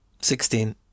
Sixteen